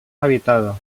habitada